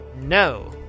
no